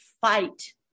fight